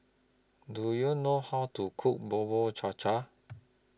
Do YOU know How to Cook Bubur Cha Cha